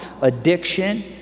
addiction